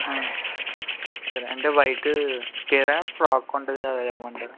ఆ సరే అంటే వైట్ చీరా ఫ్రాక్ ఉంటుంది కదా అది ఇమ్మంటారా